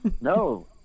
No